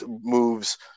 moves